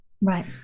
Right